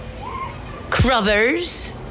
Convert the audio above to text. Crothers